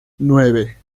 nueve